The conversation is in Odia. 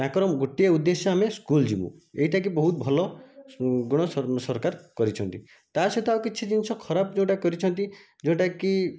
ତାଙ୍କର ଗୋଟିଏ ଉଦ୍ଦେଶ୍ୟ ଆମେ ସ୍କୁଲ୍ ଯିବୁ ଏଇଟା କି ବହୁତ ଭଲ ଗୁଣ ସରକାର କରିଛନ୍ତି ତା' ସହିତ ଆଉ କିଛି ଜିନିଷ ଖରାପ ଯେଉଁ ଟା କରିଛନ୍ତି ଯେଉଁଟା କି